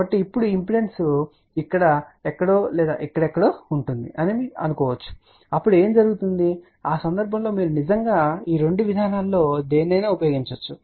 కాబట్టి ఇప్పుడు ఇంపిడెన్స్ ఇక్కడ ఎక్కడో లేదా ఎక్కడో ఉంది అని అనుకుందాం అప్పుడు ఏమి జరుగుతుంది ఆ సందర్భంలో మీరు నిజంగా ఈ రెండు విధానాలలో దేనినైనా ఉపయోగించవచ్చు